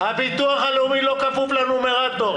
הביטוח הלאומי לא כפוף לנומרטור.